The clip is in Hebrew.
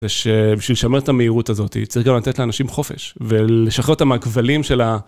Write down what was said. שבשביל לשמור את המהירות הזאת, היא צריכה גם לתת לאנשים חופש ולשחרר אותם מהכבלים של ה...